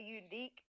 unique